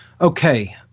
Okay